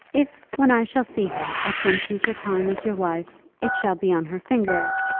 if, when i shall see her at some future time as your wife, it shall be on her finger,